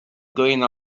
going